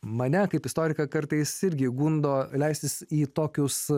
mane kaip istoriką kartais irgi gundo leistis į tokius